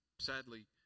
Sadly